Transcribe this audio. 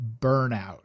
burnout